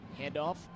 Handoff